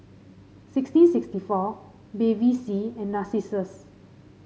sixteen sixty four Bevy C and Narcissus